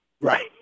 Right